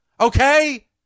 Okay